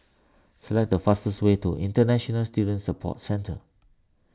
select the fastest way to International Student Support Centre